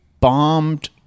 bombed